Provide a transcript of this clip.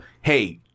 hey